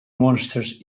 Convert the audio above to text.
monsters